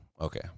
Okay